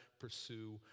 pursue